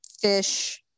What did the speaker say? fish